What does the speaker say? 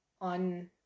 on